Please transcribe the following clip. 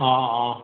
অঁ অঁ